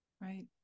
Right